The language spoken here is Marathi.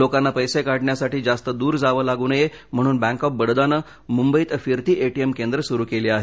लोकांना पैसे काढण्यासाठी जास्त दूर जावं लागू नये म्हणून बँक ऑफ बडोदानं मुंबईत फिरती ए टी एम केंद्र सुरू केली आहेत